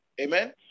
Amen